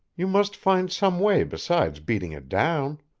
you must find some way besides beating it down.